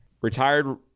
Retired